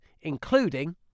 including